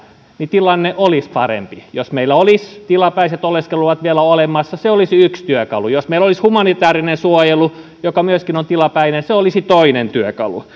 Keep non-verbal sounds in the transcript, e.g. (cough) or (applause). tilanne olisi parempi jos meillä olisi tilapäiset oleskeluluvat vielä olemassa se olisi yksi työkalu jos meillä olisi humanitäärinen suojelu joka myöskin on tilapäinen se olisi toinen työkalu (unintelligible)